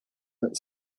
that